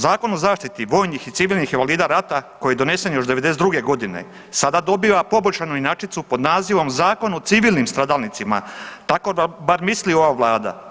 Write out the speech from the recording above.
Zakon o zaštiti vojnih i civilnih invalida rata koji je donesen još '92.g. sada dobiva poboljšanu inačicu pod nazivom Zakon o civilnim stradalnicima tako bar misli ova Vlada.